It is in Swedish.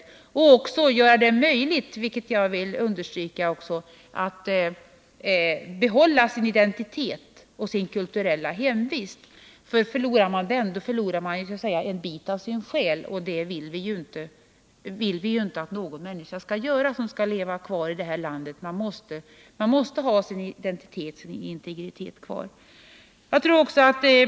Jag vill understryka att det då också gäller att göra det möjligt för barnet att behålla sin identitet och sin kulturella hemvist — för förlorar man den förlorar man så att säga en bit av sin själ, och det vill vi ju inte att någon människa skall göra. Den som skall leva i det här landet måste ha sin identitet och sin integritet kvar.